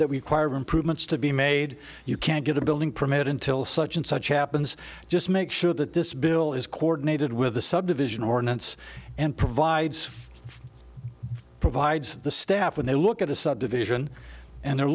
of improvements to be made you can't get a building permit until such and such happens just make sure that this bill is coordinated with the subdivision ordinance and provides provides the staff when they look at a subdivision and they're